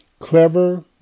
Clever